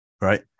right